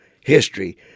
history